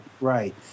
right